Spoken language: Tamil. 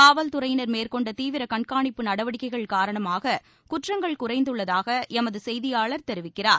காவல்துறையின் மேற்கொண்ட தீவிர கண்காணிப்பு நடவடிக்கைகள் காரணமாக குற்றங்கள் குறைந்துள்ளதாக எமது செய்தியாளர் தெரிவிக்கிறார்